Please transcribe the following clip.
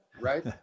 right